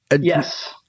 Yes